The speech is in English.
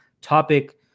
topic